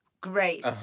Great